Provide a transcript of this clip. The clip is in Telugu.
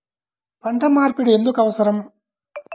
పంట మార్పిడి ఎందుకు అవసరం?